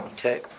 Okay